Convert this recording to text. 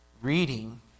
reading